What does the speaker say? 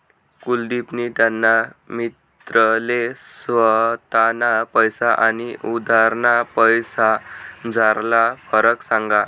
कुलदिपनी त्याना मित्रले स्वताना पैसा आनी उधारना पैसासमझारला फरक सांगा